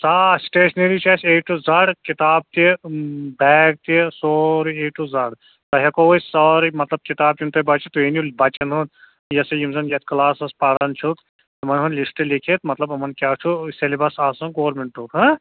آ سٹیٚشنٔری چھِ اَسہِ اے ٹُہ زڈ کِتاب تہِ بیگ تہِ سورُے اے ٹُہ زَڈ تۄہہِ ہٮ۪کو أسۍ سٲرٕے مطلب کِتاب یِم تۄہہِ باسیوٗ تۄہہِ أنِو بَچَن ہُنٛد یہِ ہَسا یِم زَن یَتھ کلاس پران چھُو تِمَن ہُنٛد لِسٹ لیٖکھِتھ مطلب یِمَن کیٛاہ چھُ سیٚلِبَس آسُن گورمینٹُک ہہ